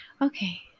Okay